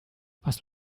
was